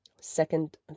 second